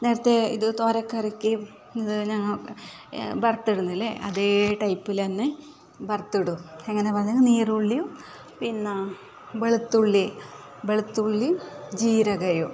നേരത്തെ ഇത് തോരക്കറിക്ക് ഇത് പിന്നെ വറുത്തിടുന്നില്ലേ അതേ ടൈപ്പിൽ തന്നെ വറുത്തിടും അങ്ങനെ നീരുള്ളിയും പിന്നെ വെളുത്തുള്ളിയും പിന്നെ വെളുത്തുള്ളി ജീരകം ഇടും